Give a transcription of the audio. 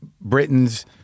Britain's